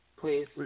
Please